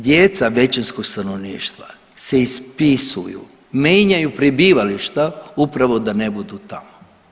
Djeca većinskog stanovništva se ispisuju, mijenjaju prebivališta upravo da ne budu tamo.